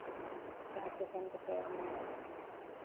ᱡᱟᱦᱮᱨ ᱛᱮ ᱥᱮᱱ ᱠᱟᱛᱮᱫ ᱚᱱᱮ